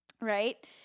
right